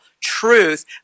truth